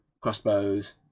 crossbows